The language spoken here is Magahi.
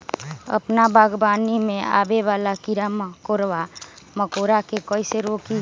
अपना बागवानी में आबे वाला किरा मकोरा के कईसे रोकी?